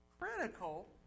critical